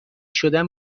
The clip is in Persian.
شدن